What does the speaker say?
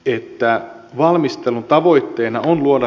eipä valmistelun tavoitteena on luoda